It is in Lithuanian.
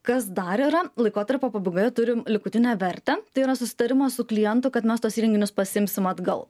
kas dar yra laikotarpio pabaigoje turim likutinę vertę tai yra susitarimas su klientu kad mes tuos įrenginius pasiimsim atgal